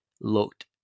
looked